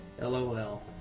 LOL